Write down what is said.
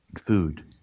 food